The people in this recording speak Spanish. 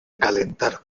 calentar